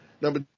Number